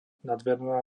nadmerná